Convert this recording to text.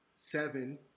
Seven